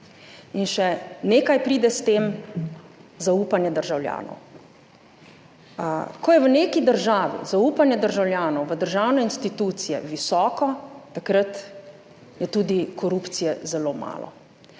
In še nekaj pride s tem, zaupanje državljanov. Ko je v neki državi zaupanje državljanov v državne institucije visoko, takrat je tudi korupcije zelo malo.